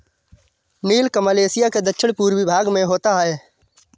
नीलकमल Asia के दक्षिण पूर्वी भाग में होता है